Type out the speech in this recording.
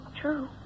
true